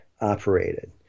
operated